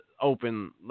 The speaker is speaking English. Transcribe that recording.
open